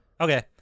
Okay